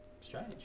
strange